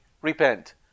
repent